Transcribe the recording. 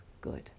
good